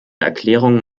erklärungen